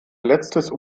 letztes